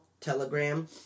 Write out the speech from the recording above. Telegram